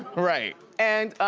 right. and,